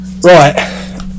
Right